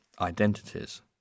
identities